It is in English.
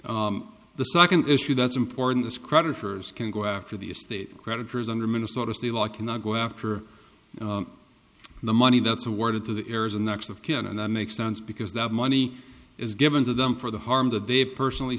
well the second issue that's important is creditors can go after the estate creditors under minnesota's the law cannot go after the money that's awarded to the heirs and next of kin and that makes sense because that money is given to them for the harm that they personally